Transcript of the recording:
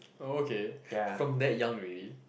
oh okay from that young already